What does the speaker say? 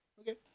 Okay